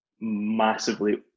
Massively